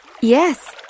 Yes